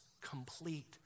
complete